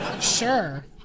Sure